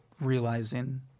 realizing